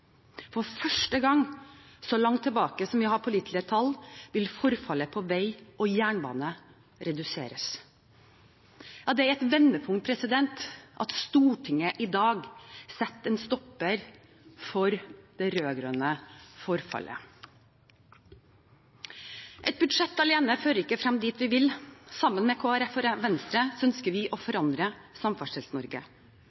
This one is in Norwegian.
For første gang så langt tilbake som vi har pålitelige tall, vil forfallet på vei og jernbane reduseres. Ja, det er et vendepunkt at Stortinget i dag setter en stopper for det rød-grønne forfallet. Et budsjett alene fører ikke frem dit vi vil. Sammen med Kristelig Folkeparti og Venstre ønsker vi å